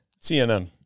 CNN